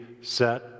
set